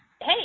hey